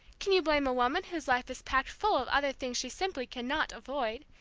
can you blame a woman whose life is packed full of other things she simply cannot avoid,